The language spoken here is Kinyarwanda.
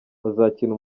bazakina